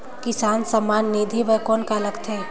किसान सम्मान निधि बर कौन का लगथे?